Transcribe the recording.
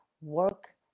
work